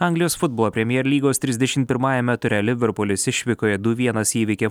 anglijos futbolo premijer lygos trisdešim pirmajame ture liverpulis išvykoje du vienas įveikė